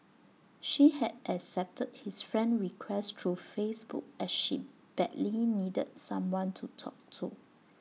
she had accepted his friend request through Facebook as she badly needed someone to talk to